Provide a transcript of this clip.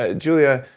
ah julia,